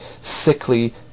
sickly